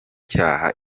cyaha